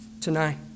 tonight